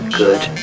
good